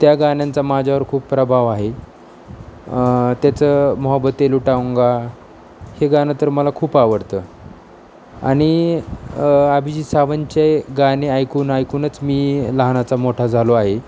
त्या गाण्यांचा माझ्यावर खूप प्रभाव आहे त्याचं मोहबते लुटाऊंगा हे गाणं तर मला खूप आवडतं आणि अभिजित सावंतचे गाणे ऐकून ऐकूनच मी लहानाचा मोठा झालो आहे